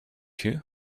you